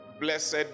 Blessed